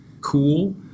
cool